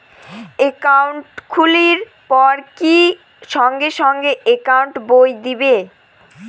Account খুলির পর কি সঙ্গে সঙ্গে একাউন্ট বই দিবে?